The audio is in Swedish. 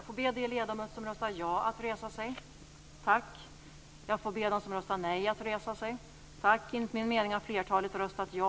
Fru talman!